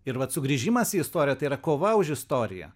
ir vat sugrįžimas į istoriją tai yra kova už istoriją